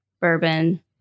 bourbon